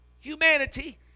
Humanity